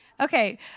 Okay